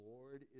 Lord